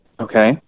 Okay